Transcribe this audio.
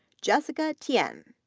jessica tian,